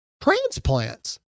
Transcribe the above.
transplants